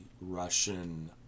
Russian